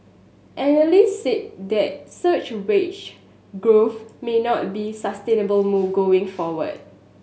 analysts said that such wage growth may not be sustainable going forward